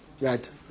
Right